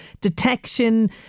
detection